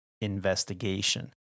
investigation